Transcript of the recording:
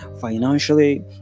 financially